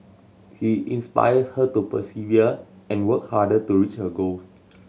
he inspire her to persevere and work harder to reach her goal